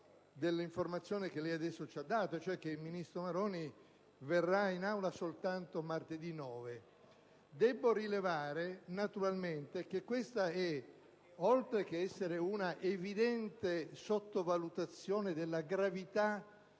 dell'informazione che lei adesso ha dato e cioè che il ministro Maroni verrà in Aula soltanto martedì 9 novembre. Debbo rilevare, naturalmente, che questo, oltre che essere una evidente sottovalutazione della gravità